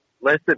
listen